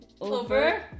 over